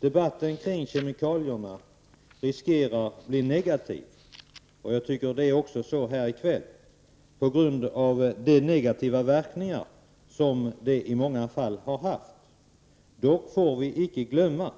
Debatten kring kemikalierna riskerar att bli negativ -- jag tycker att det är så här i kväll -- på grund av de negativa verkningar som de i många fall har haft. Dock får vi icke glömma